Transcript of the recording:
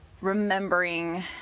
remembering